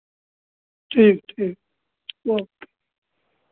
ठीक ठीक ओके